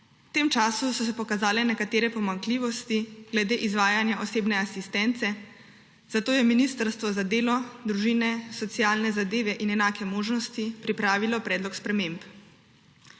V tem času so se pokazale nekatere pomanjkljivosti glede izvajanja osebne asistence, zato je Ministrstvo za delo, družino, socialne zadeve in enake možnosti pripravilo predlog sprememb.